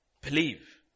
Believe